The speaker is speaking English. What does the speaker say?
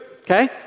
okay